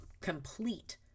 complete